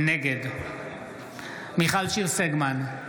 נגד מיכל שיר סגמן,